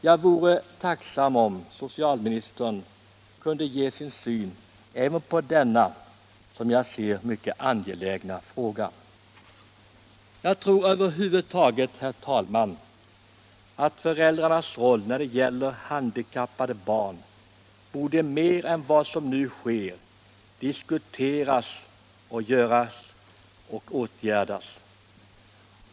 Jag vore tacksam, om so = barn cialministern kunde ge sin syn även på denna, som jag ser det, mycket angelägna fråga. Jag tror över huvud taget, herr talman, att föräldrarnas roll när det gäller handikappade barn borde mer än vad som nu sker diskuteras och åtgärdas.